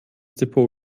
depot